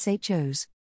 SHOs